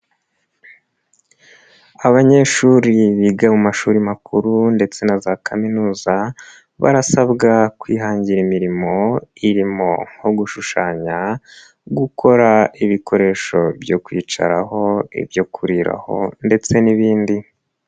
Abanyeshuri biga mu mashuri makuru ndetse na za kaminuza, barasabwa kwihangira imirimo, irimo nko gushushanya, gukora ibikoresho byo kwicaraho, ibyo kuriraho ndetse n'ibindi.